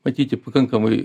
matyti pakankamai